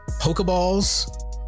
pokeballs